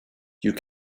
you